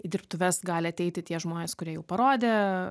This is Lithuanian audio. į dirbtuves gali ateiti tie žmonės kurie jau parodė